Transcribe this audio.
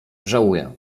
żałuję